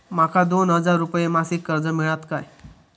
माका दोन हजार रुपये मासिक कर्ज मिळात काय?